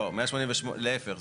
לא, להיפך.